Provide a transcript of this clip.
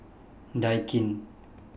Daikin